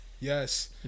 yes